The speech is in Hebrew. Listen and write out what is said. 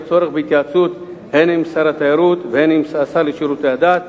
צורך בהתייעצות הן עם שר התיירות והן עם השר לשירותי הדת.